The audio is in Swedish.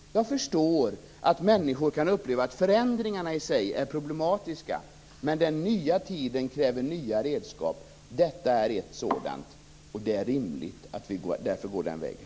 Jag förstår att människor kan uppleva att förändringarna i sig är problematiska, men den nya tiden kräver nya redskap. Detta är ett sådant. Därför är det rimligt att vi går den vägen.